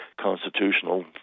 constitutional